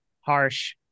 harsh